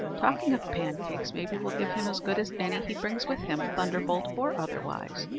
talking of pancakes, maybe, we'll give him as good as any he brings with him thunderbolt or otherwise.